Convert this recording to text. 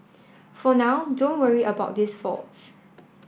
for now don't worry about these faults